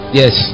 yes